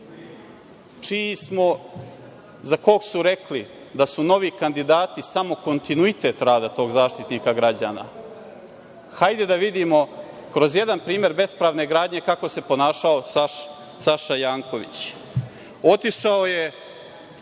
građana za kog su rekli da su novi kandidati samo kontinuitet rada tog Zaštitnika građana, hajde da vidimo kroz jedan primer bespravne gradnje kako se ponašao Saša Janković. Otišao je